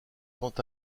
quant